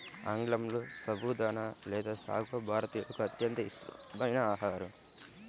ఆంగ్లంలో సబుదానా లేదా సాగో భారతీయులకు అత్యంత ఇష్టమైన ఆహారం